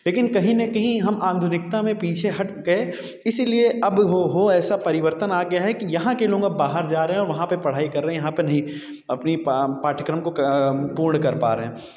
लेकिन कहीं न कहीं हम आधुनिकता में पीछे हट गए इसलिए अब हो हो ऐसा परिवर्तन आ गया है कि यहाँ के लोग अब बाहर जा रहे हैं वहाँ पे पढ़ाई कर रहे हैं यहाँ पे नहीं अपनी पाठ्यक्रम को पूर्ण कर पा रहे हैं